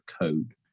code